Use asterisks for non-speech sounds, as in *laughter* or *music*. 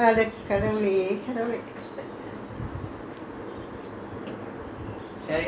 *laughs* அட கடவுளே கடவுளே:ada kadavulae kadavulae *laughs*